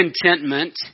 contentment